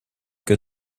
que